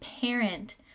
parent